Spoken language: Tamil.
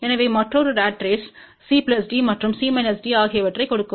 எனவே மற்றொரு ராட் ரேஸ் C D மற்றும் C D ஆகியவற்றைக் கொடுக்கும்